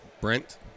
Brent